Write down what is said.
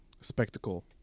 spectacle